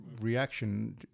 reaction